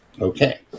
Okay